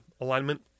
alignment